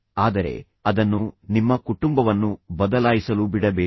ಆದರೆ ಅದನ್ನು ನಿಮ್ಮ ಕುಟುಂಬವನ್ನು ಬದಲಾಯಿಸಲು ಬಿಡಬೇಡಿ